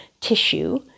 tissue